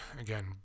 Again